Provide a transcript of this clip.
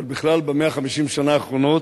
אבל בכלל ב-150 השנה האחרונות,